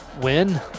win